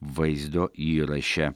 vaizdo įraše